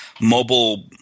mobile